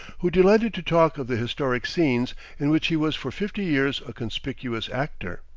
who delighted to talk of the historic scenes in which he was for fifty years a conspicuous actor.